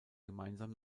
gemeinsam